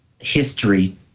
history